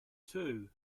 two